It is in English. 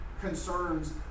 concerns